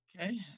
Okay